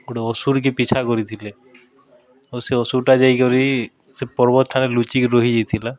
ଗୁଟେ ଅସୁର୍କେ ପିଛା କରିଥିଲେ ଆଉ ସେ ଅସୁର୍ଟା ଯାଇକରି ସେ ପର୍ବତ ଠାନେ ଲୁଚିକି ରହିଯାଇଥିଲା